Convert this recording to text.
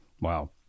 Wow